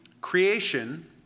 creation